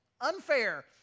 unfair